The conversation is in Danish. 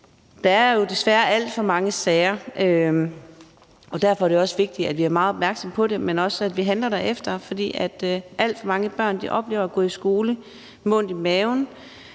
Der er jo desværre alt for mange sager. Derfor er det også vigtigt, at vi er meget opmærksomme på det, men også, at vi handler derefter. For alt for mange børn oplever at gå i skole med ondt i maven,